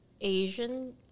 Asian